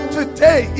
Today